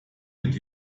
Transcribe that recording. mit